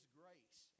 grace